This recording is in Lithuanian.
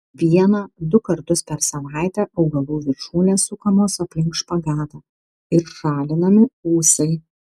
vieną du kartus per savaitę augalų viršūnės sukamos aplink špagatą ir šalinami ūsai